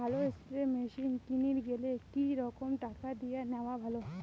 ভালো spray machine কিনির গেলে কি রকম টাকা দিয়া নেওয়া ভালো?